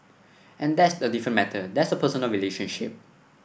and that's a different matter that's a personal relationship